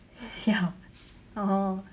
siao orh